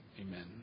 amen